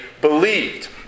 believed